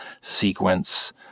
sequence